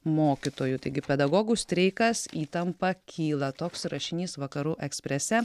mokytojų taigi pedagogų streikas įtampa kyla toks rašinys vakarų eksprese